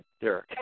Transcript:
Derek